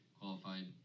qualified